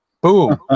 Boom